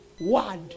word